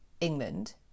England